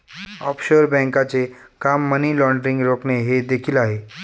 offshore बँकांचे काम money laundering रोखणे हे देखील आहे